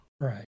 Right